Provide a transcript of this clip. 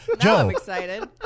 Joe